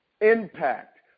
impact